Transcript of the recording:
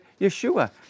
Yeshua